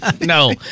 No